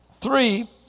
Three